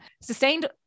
Sustained